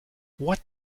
what